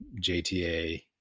JTA